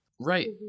right